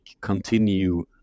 continue